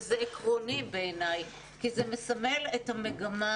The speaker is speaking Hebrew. וזה עקרוני בעיניי כי זה מסמל את המגמה